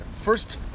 First